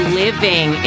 living